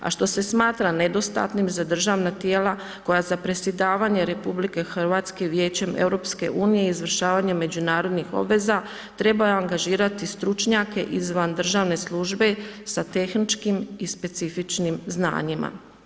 A što se smatra nedostatnim za državna tijela, koja za predsjedavanje RH Vijećem EU, izvršavanjem međunarodnih obveza treba angažirati stručnjake izvan državne službe sa tehničkim i specifičnim znanjima.